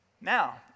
Now